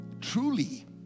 truly